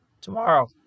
tomorrow